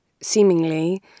seemingly